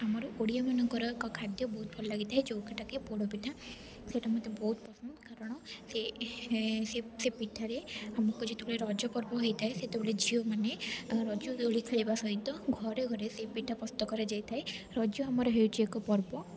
ଆମର ଓଡ଼ିଆମାନଙ୍କର ଏକ ଖାଦ୍ୟ ବହୁତ ଭଲ ଲାଗିଥାଏ ଯେଉଁଟାକି ପୋଡ଼ ପିଠା ସେଟା ମୋତେ ବହୁତ ପସନ୍ଦ କାରଣ ସେ ସେ ପିଠାରେ ଆମକୁ ଯେତେବେଳେ ରଜ ପର୍ବ ହୋଇଥାଏ ସେତେବେଳେ ଝିଅମାନେ ରଜ ଦୋଳି ଖେଳିବା ସହିତ ଘରେ ଘରେ ସେଇ ପିଠା ପ୍ରସ୍ତୁତ କରାଯାଇଥାଏ ରଜ ଆମର ହେଉଛି ଏକ ପର୍ବ